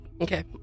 Okay